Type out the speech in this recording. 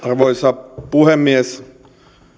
arvoisa puhemies